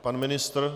Pan ministr?